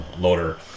loader